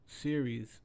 series